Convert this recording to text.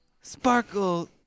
Sparkle